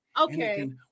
Okay